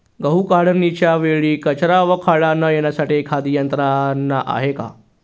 गहू काढणीच्या वेळी कचरा व खडा न येण्यासाठी एखादी यंत्रणा आहे का?